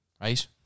right